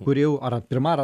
kuri jau ar pirma ar